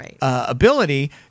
ability